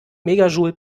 megajoule